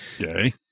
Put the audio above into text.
okay